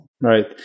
Right